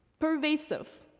pervasive.